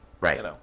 Right